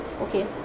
Okay